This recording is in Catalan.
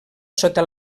sota